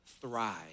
thrive